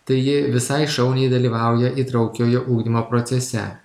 tai ji visai šauniai dalyvauja įtraukiojo ugdymo procese